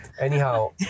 anyhow